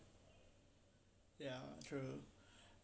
ya true